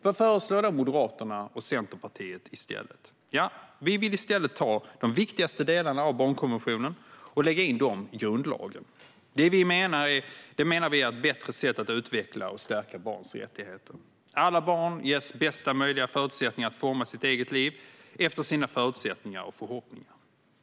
Vad föreslår då Moderaterna och Centerpartiet i stället? Vi vill ta de viktigaste delarna av barnkonventionen och lägga in dem i grundlagen. Det menar vi är ett bättre sätt att utveckla och stärka barns rättigheter. Alla barn ges bästa möjliga förutsättningar att forma sitt eget liv efter sina förutsättningar och förhoppningar.